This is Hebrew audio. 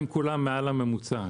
הם כולם מעל הממוצע.